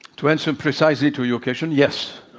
to answer precisely to your question, yes.